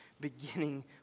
beginning